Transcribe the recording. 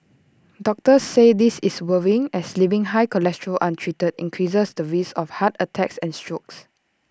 doctors say this is worrying as leaving high cholesterol untreated increases the risk of heart attacks and strokes